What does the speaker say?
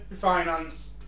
finance